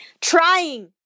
trying